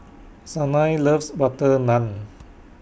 Sanai loves Butter Naan